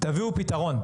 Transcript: תביאו פתרון.